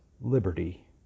liberty